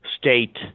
state